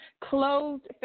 closed